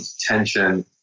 tension